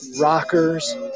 rockers